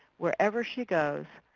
wherever she goes,